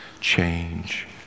change